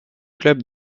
club